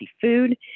food